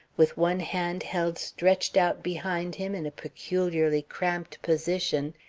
with one hand held stretched out behind him in a peculiarly cramped position,